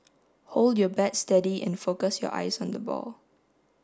hold your bat steady and focus your eyes on the ball